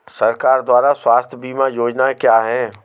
सरकार द्वारा स्वास्थ्य बीमा योजनाएं क्या हैं?